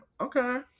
Okay